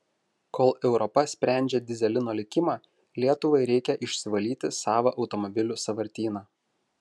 kol europa sprendžia dyzelino likimą lietuvai reikia išsivalyti savą automobilių sąvartyną